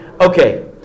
Okay